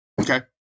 Okay